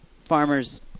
Farmers